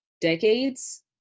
decades